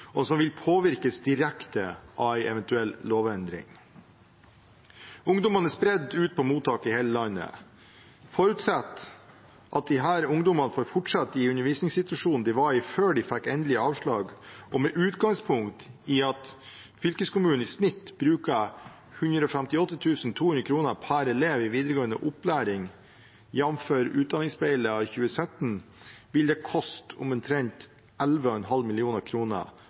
og som vil påvirkes direkte av en eventuell lovendring. Ungdommene er spredt ut på mottak i hele landet. Forutsatt at disse ungdommene får fortsette i den undervisningssituasjonen de var i før de fikk endelig avslag, og med utgangspunkt i at fylkeskommunene i snitt bruker 158 200 kr per elev i videregående opplæring, jfr. Utdanningsspeilet 2017, vil det koste omtrent 11,5